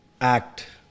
act